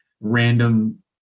random